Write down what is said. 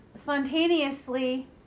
spontaneously